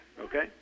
okay